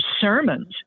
sermons